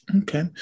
Okay